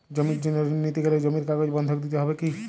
জমির জন্য ঋন নিতে গেলে জমির কাগজ বন্ধক দিতে হবে কি?